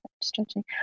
Stretching